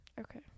Okay